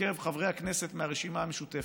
מקרב חברי הכנסת מהרשימה המשותפת,